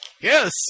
Yes